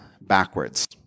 backwards